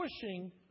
pushing